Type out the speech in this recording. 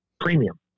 premium